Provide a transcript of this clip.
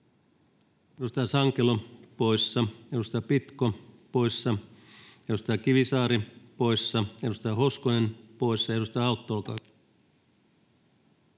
Edustaja Sankelo poissa, edustaja Pitko poissa, edustaja Kivisaari poissa, edustaja Hoskonen poissa. — Edustaja Autto,